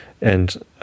and